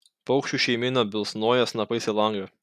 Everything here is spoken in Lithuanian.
paukščių šeimyna bilsnoja snapais į langą